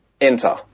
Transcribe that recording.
Enter